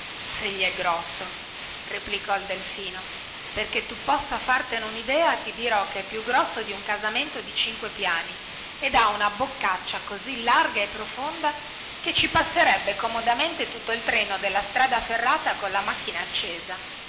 gli è grosso replicò il delfino perché tu possa fartene unidea ti dirò che è più grosso di un casamento di cinque piani ed ha una boccaccia così larga e profonda che ci passerebbe comodamente tutto il treno della strada ferrata colla macchina accesa